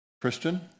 Christian